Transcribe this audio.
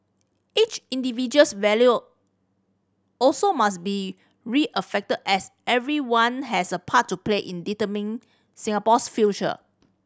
each individual's value also must be as everyone has a part to play in determining Singapore's future